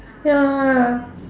ya